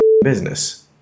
business